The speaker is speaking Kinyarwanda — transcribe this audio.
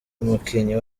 umukinnyi